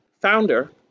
founder